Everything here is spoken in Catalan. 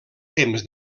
temps